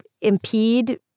impede